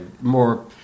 more